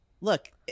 look